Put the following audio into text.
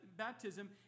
baptism